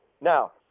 Now